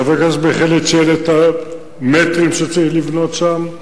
חבר הכנסת מיכאלי ציין את המטרים שצריך לבנות שם,